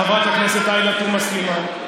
חברת הכנסת עאידה תומא סלימאן,